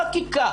הם ביקשו בחקיקה.